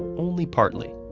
only partly.